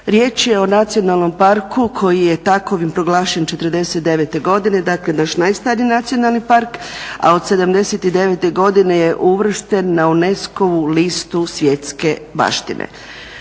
Riječ je o nacionalnom parku koji je takovim proglašen '49.godine dakle naš najstariji nacionalni park, a od '79.godine je uvršten na UNESCO-vu listu svjetske baštine.